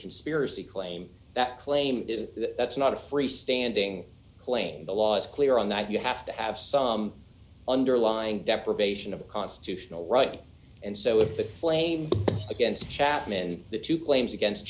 conspiracy claim that claim is not a free standing claim the law is clear on that you have to have some underlying deprivation of constitutional right and so if the flame against chapman's the two claims against